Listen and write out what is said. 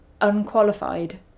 unqualified